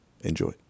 Enjoy